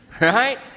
Right